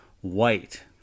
white